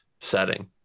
setting